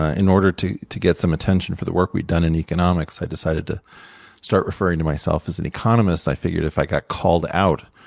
ah in order to to get some attention for the work we'd done in economics, i decided to start referring to myself as an economist. i figured if i got called out,